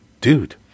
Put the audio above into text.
dude